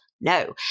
no